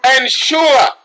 ensure